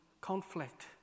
conflict